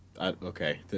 Okay